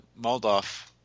Moldoff